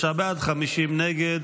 33 בעד, 50 נגד.